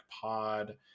Pod